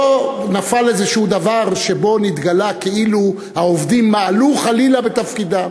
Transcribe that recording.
לא נפל איזשהו דבר שבו נתגלה כאילו העובדים מעלו חלילה בתפקידם.